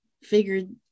figured